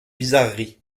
bizarreries